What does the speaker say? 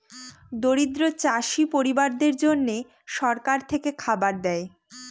দরিদ্র চাষী পরিবারদের জন্যে সরকার থেকে খাবার দেয়